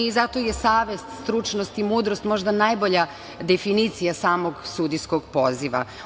Zato je savest, stručnost i mudrost možda najbolja definicija samog sudijskog poziva.